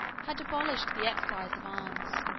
had abolished the exercise of arms,